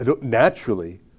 Naturally